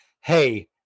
hey